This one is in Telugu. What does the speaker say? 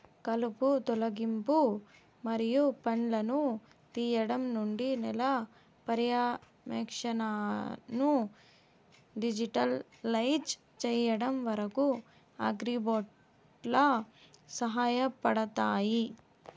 కలుపు తొలగింపు మరియు పండ్లను తీయడం నుండి నేల పర్యవేక్షణను డిజిటలైజ్ చేయడం వరకు, అగ్రిబోట్లు సహాయపడతాయి